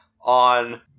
on